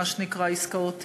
מה שנקרא, עסקאות טיעון,